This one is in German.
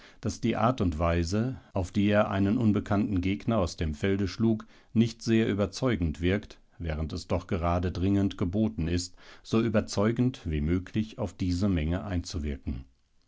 daß die art und weise auf die er einen unbekannten gegner aus dem felde schlug nicht sehr überzeugend wirkt während es doch gerade dringend geboten ist so überzeugend wie möglich auf diese menge einzuwirken